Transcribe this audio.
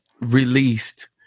released